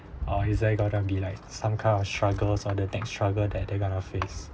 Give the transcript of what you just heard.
or he's like you got to be like some kind of struggles or the take struggle that they're going to face